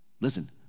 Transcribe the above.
Listen